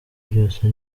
byose